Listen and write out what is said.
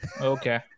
Okay